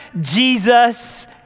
Jesus